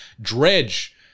Dredge